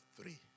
three